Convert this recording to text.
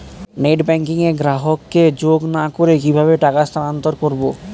Net banking এ গ্রাহককে যোগ না করে কিভাবে টাকা স্থানান্তর করব?